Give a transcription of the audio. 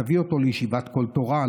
תביאו אותו לישיבת קול תורה,